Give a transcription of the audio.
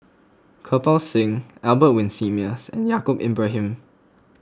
Kirpal Singh Albert Winsemius and Yaacob Ibrahim